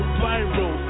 viral